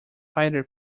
fighter